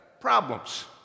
problems